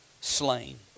slain